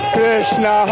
Krishna